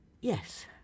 Yes